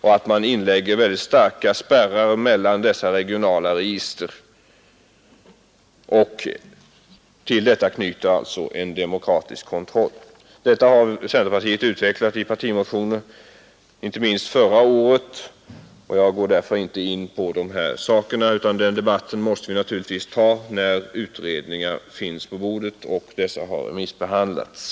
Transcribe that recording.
Man bör lägga in starka spärrar mellan dessa regionala register och till det knyta en demokratisk kontroll. Detta har centerpartiet utvecklat i partimotioner inte minst förra året. Jag går därför inte nu in på de sakerna, utan den debatten måste vi föra när utredningar finns på bordet och dessa har remissbehandlats.